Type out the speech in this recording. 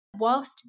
whilst